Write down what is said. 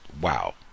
wow